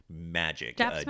magic